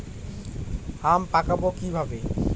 আম পাকাবো কিভাবে?